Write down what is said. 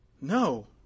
No